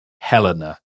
Helena